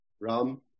Ram